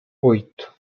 oito